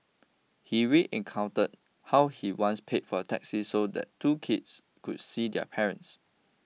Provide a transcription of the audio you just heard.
he re encountered how he once paid for a taxi so that two kids could see their parents